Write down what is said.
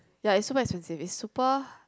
ya it's super expensive is super